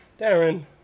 Darren